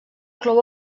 clou